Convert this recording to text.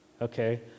okay